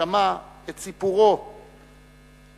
שמע את סיפורו המופלא